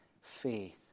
faith